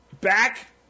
back